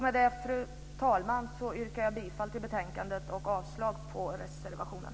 Med det, fru talman, yrkar jag bifall till utskottets förslag i betänkandet och avslag på reservationen.